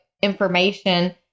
information